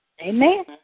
Amen